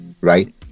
right